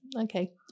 Okay